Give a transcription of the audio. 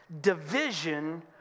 division